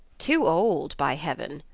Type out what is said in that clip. too old, by heaven!